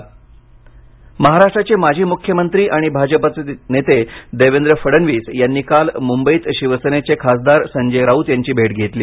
भेट महाराष्ट्राचे माजी मुख्यमंत्री आणि भाजपाचे नेते देवेंद्र फडणवीस यांनी काल मुंबईत शिवसेनेचे खासदार संजय राऊत यांची भेट घेतली